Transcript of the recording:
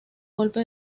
golpe